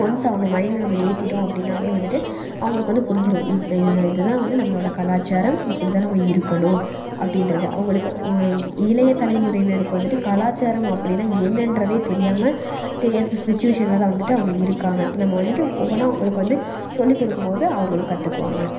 once அவங்க மைண்டில் நம்ம ஏத்திவிட்டோம் அப்படினாலே வந்துவிட்டு அவங்களுக்கு வந்து புரிஞ்சிடும் இது இந்த இது இது தான் வந்து நம்மளோட கலாச்சாரம் இப்படி தான் நம்ம இருக்கணும் அப்படின்றது அவங்களுக்கு இளைய தலைமுறையினருக்கு வந்துவிட்டு கலாச்சாரம் அப்படின்னா என்னன்றதே தெரியாமல் தெரியாத சுச்சிவேஷனில் தான் வந்துவிட்டு அவங்க இருக்காங்க நம்ம வந்துவிட்டு ஒவ்வொன்றா அவங்களுக்கு வந்து சொல்லிக் கொடுக்கும் போது அவங்களும் கற்றுக்குவாங்க